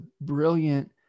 brilliant